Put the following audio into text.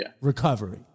recovery